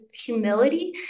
humility